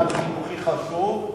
חשוב.